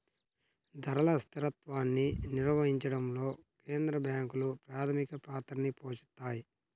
ధరల స్థిరత్వాన్ని నిర్వహించడంలో కేంద్ర బ్యాంకులు ప్రాథమిక పాత్రని పోషిత్తాయి